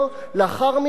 לאחר מכן,